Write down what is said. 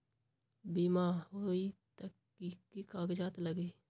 बिमा होई त कि की कागज़ात लगी?